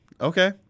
Okay